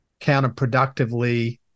counterproductively